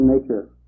nature